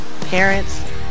parents